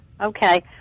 Okay